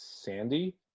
Sandy